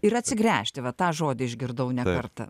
ir atsigręžti va tą žodį išgirdau ne kartą